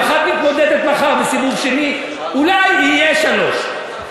אחת מתמודדת מחר בסיבוב שני, אולי יהיו שלוש.